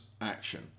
action